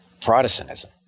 Protestantism